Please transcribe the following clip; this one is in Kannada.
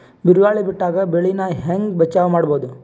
ಬಿರುಗಾಳಿ ಬಿಟ್ಟಾಗ ಬೆಳಿ ನಾ ಹೆಂಗ ಬಚಾವ್ ಮಾಡೊದು?